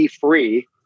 Free